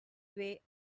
way